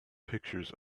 pictures